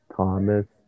Thomas